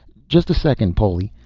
just a second, poli,